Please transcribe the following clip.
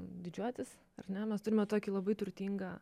didžiuotis ar ne mes turime tokį labai turtingą